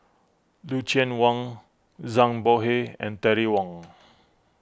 Lucien Wang Zhang Bohe and Terry Wong